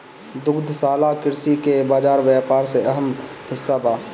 दुग्धशाला कृषि के बाजार व्यापार में अहम हिस्सा बा